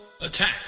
Attack